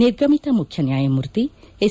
ನಿರ್ಗಮಿತ ಮುಖ್ಯ ನ್ನಾಯಮೂರ್ತಿ ಎಸ್